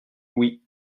oui